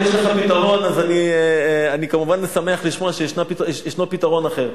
אם יש לך פתרון, אני כמובן שמח שישנו פתרון אחר.